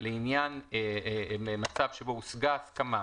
לעניין מצב שבו הושגה הסכמה,